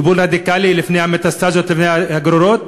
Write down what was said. בטיפול רדיקלי, לפני המטסטזות, לפני הגרורות,